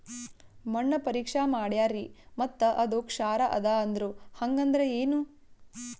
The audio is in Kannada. ಮಣ್ಣ ಪರೀಕ್ಷಾ ಮಾಡ್ಯಾರ್ರಿ ಮತ್ತ ಅದು ಕ್ಷಾರ ಅದ ಅಂದ್ರು, ಹಂಗದ್ರ ಏನು?